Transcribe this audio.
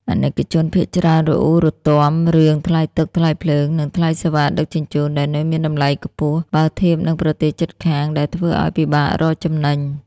អាណិកជនភាគច្រើនរអ៊ូរទាំរឿង "ថ្លៃទឹក ថ្លៃភ្លើង និងថ្លៃសេវាដឹកជញ្ជូន" ដែលនៅមានតម្លៃខ្ពស់ បើធៀបនឹងប្រទេសជិតខាង ដែលធ្វើឱ្យពិបាករកចំណេញ។